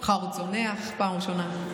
מחר הוא צונח בפעם הראשונה.